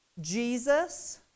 Jesus